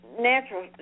natural